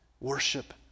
worship